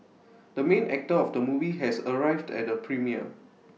the main actor of the movie has arrived at the premiere